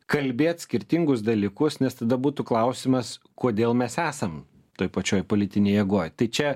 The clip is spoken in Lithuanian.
kalbėt skirtingus dalykus nes tada būtų klausimas kodėl mes esam toj pačioj politinėj jėgoj tai čia